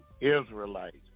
Israelites